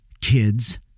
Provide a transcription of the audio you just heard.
kids